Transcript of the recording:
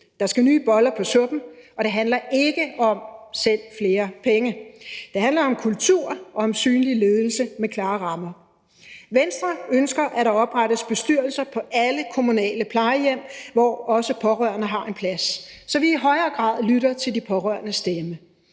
der skal nye boller på suppen – og det handler ikke om at sende flere penge. Det handler om kultur og om synlig ledelse med klare rammer. Venstre ønsker, at der oprettes bestyrelser på alle kommunale plejehjem, hvor også pårørende har en plads, så vi i højere grad lytter til de pårørendes stemme.